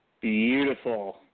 Beautiful